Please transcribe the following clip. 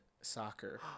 soccer